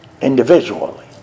individually